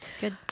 Good